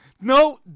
No